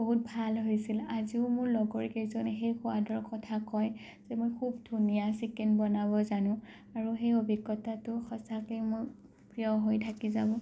বহুত ভাল হৈছিল আজিও মোৰ লগৰ কেইজনে সেই সোৱাদৰ কথা কয় যে মই খুব ধুনীয়া চিকেন বনাব জানো আৰু সেই অভিজ্ঞতাটো সঁচাকৈ মোৰ প্ৰিয় হৈ থাকি যাব